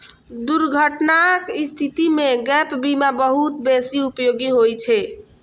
दुर्घटनाक स्थिति मे गैप बीमा बहुत बेसी उपयोगी होइ छै